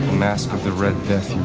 masque of the red death